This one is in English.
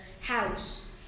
house